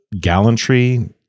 gallantry